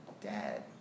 Dad